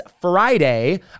Friday